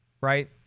right